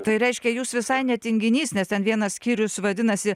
tai reiškia jūs visai ne tinginys nes ten vienas skyrius vadinasi